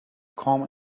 come